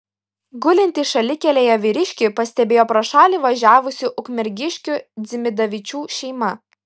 gulintį šalikelėje vyriškį pastebėjo pro šalį važiavusi ukmergiškių dzimidavičių šeima